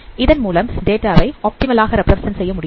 இதன் மூலம் டேட்டாவை ஆப்டிமல் ஆக ரெப்பிரசன்ட் செய்ய முடியும்